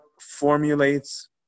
formulates